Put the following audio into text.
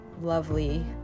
lovely